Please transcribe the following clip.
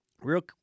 real